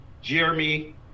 Jeremy